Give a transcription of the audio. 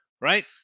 Right